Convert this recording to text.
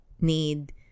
need